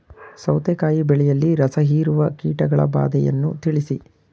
ಸೌತೆಕಾಯಿ ಬೆಳೆಯಲ್ಲಿ ರಸಹೀರುವ ಕೀಟಗಳ ಬಾಧೆಯನ್ನು ತಿಳಿಸಿ?